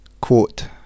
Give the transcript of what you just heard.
quote